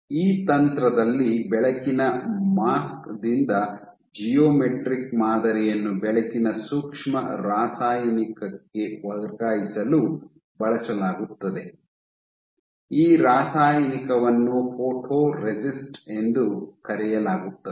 ಈ ತಂತ್ರದಲ್ಲಿ ಬೆಳಕಿನ ಮಾಸ್ಕ್ ದಿಂದ ಜಿಯೋಮೆಟ್ರಿಕ್ ಮಾದರಿಯನ್ನು ಬೆಳಕಿನ ಸೂಕ್ಷ್ಮ ರಾಸಾಯನಿಕಕ್ಕೆ ವರ್ಗಾಯಿಸಲು ಬಳಸಲಾಗುತ್ತದೆ ಈ ರಾಸಾಯನಿಕವನ್ನು ಫೋಟೊರೆಸಿಸ್ಟ್ ಎಂದು ಕರೆಯಲಾಗುತ್ತದೆ